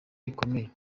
rikomeye